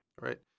Right